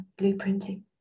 blueprinting